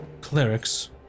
clerics